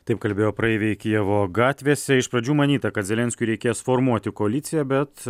taip kalbėjo praeiviai kijevo gatvėse iš pradžių manyta kad zelenskiui reikės formuoti koaliciją bet